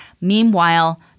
Meanwhile